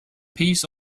piece